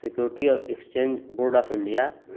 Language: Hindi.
सेक्यूरिटी और एक्सचेंज बोर्ड ऑफ इण्डिया